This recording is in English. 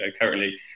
currently